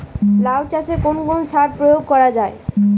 লাউ চাষে কোন কোন সার প্রয়োগ করা হয়?